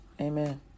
Amen